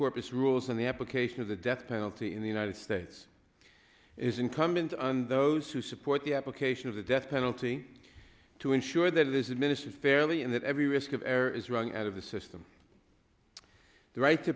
corpus rules on the application of the death penalty in the united states is incumbent on those who support the application of the death penalty to ensure that this is mrs fairly and that every risk of error is wrung out of the system the right to